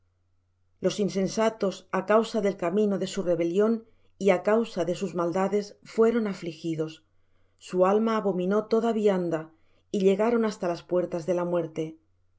los insensatos á causa del camino de su rebelión y á causa de sus maldades fueron afligidos su alma abominó toda vianda y llegaron hasta las puertas de la muerte